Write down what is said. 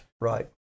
Right